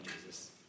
Jesus